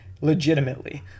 legitimately